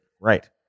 Right